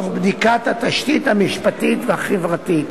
תוך בדיקת התשתית המשפטית והחברתית.